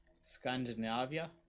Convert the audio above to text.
Scandinavia